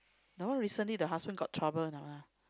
that one recently the husband got trouble a not ah